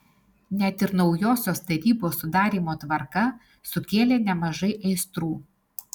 net ir naujosios tarybos sudarymo tvarka sukėlė nemažų aistrų